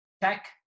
tech